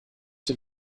den